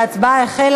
ההצבעה החלה.